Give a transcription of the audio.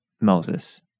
Moses